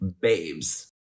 babes